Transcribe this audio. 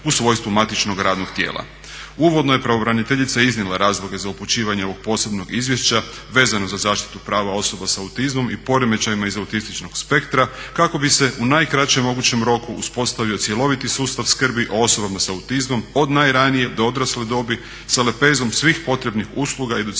Uvodno je pravobraniteljica iznijela razloge za upućivanje ovog posebnog izvješća vezano za zaštitu prava osoba sa autizmom i poremećajima iz autističnog spektra kako bi se u najkraćem mogućem roku uspostavio cjeloviti sustav skrbi o osobama sa autizmom od najranije do odrasle dobi sa lepezom svih potrebnih usluga i educiranih